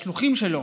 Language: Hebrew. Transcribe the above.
השלוחים שלו,